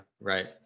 Right